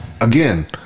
Again